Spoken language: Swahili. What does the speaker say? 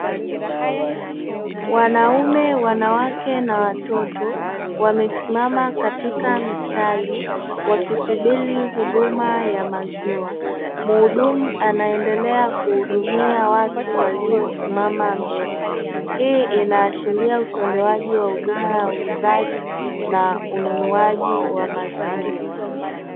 Mwanaume, wanawake na watoto wamesimama katika mstari wakisubiri huduma ya maziwa, muhudumu anaendelea kuhudumia watu waliosimama mbele. Hii inashiria utoaji wa huduma ya uuzaji na ununuaji wa maziwa.